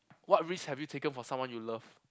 what risk have you taken for someone you love